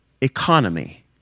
economy